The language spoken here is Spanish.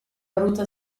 ruta